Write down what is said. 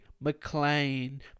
McLean